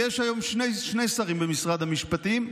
כי יש היום שני שרים במשרד המשפטים,